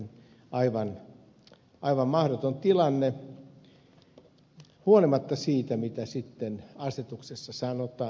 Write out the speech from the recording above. tilanne on aivan mahdoton huolimatta siitä mitä sitten asetuksessa sanotaan